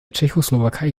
tschechoslowakei